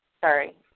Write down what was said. Sorry